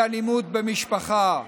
באלימות במשפחה,